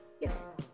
Yes